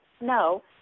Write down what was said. no